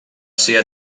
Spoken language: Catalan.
ser